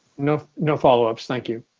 no no follow ups, thank you.